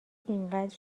اینقدر